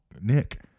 Nick